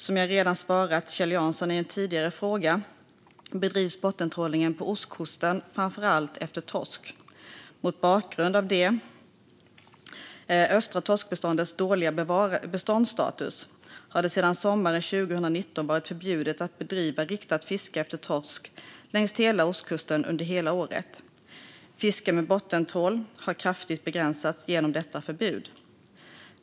Som jag redan svarat Kjell Jansson i en tidigare fråga bedrivs bottentrålningen på ostkusten framför allt efter torsk. Mot bakgrund av det östra torskbeståndets dåliga beståndsstatus har det sedan sommaren 2019 varit förbjudet att bedriva riktat fiske efter torsk längs hela ostkusten under hela året. Fiske med bottentrål har kraftigt begränsats genom detta förbud.